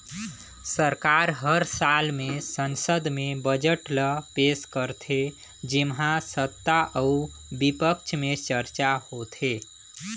सरकार हर साल में संसद में बजट ल पेस करथे जेम्हां सत्ता अउ बिपक्छ में चरचा होथे